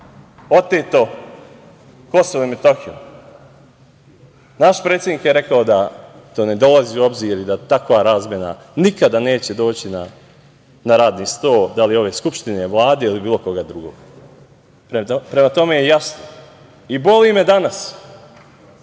oteto Kosovo i Metohiju. Naš predsednik je rekao da to ne dolazi u obzir i da takva razmena nikada neće doći na radni sto da li ove Skupštine, Vlade ili bilo koga drugog. Prema tome je jasno. Boli me danas